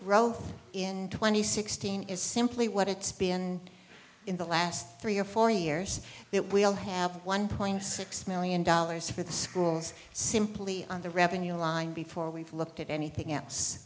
growth in twenty sixteen is simply what it's been in the last three or four years it will have one point six million dollars for the schools simply on the revenue line before we've looked at anything else